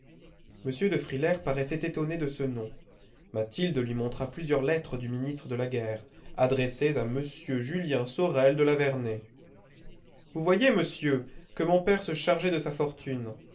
m de frilair paraissait étonné de ce nom mathilde lui montra plusieurs lettres du ministre de la guerre adressées à m julien sorel de la vernaye vous voyez monsieur que mon père se chargeait de sa fortune